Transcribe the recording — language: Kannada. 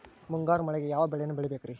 ಮುಂಗಾರು ಮಳೆಗೆ ಯಾವ ಬೆಳೆಯನ್ನು ಬೆಳಿಬೇಕ್ರಿ?